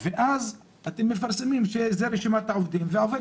ואז אתם מפרסמים שזו רשימת העובדים והעובד